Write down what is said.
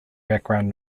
background